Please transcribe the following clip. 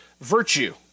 virtue